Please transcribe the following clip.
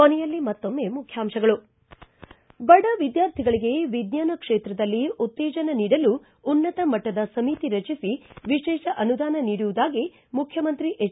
ಕೊನೆಯಲ್ಲಿ ಮತ್ತೊಮ್ಮೆ ಮುಖ್ಯಾಂಶಗಳು ಬಡ ವಿದ್ಯಾರ್ಥಿಗಳಿಗೆ ವಿಜ್ವಾನ ಕ್ಷೇತ್ರದಲ್ಲಿ ಉತ್ತೇಜನ ನೀಡಲು ಉನ್ನತ ಮಟ್ಟದ ಸಮಿತಿ ರಚಿಸಿ ವಿಶೇಷ ಅನುದಾನ ನೀಡುವುದಾಗಿ ಮುಖ್ಯಮಂತ್ರಿ ಎಚ್